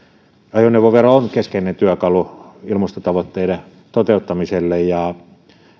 ajoneuvovero on keskeinen työkalu ilmastotavoitteiden toteuttamiselle ja